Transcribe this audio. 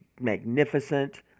magnificent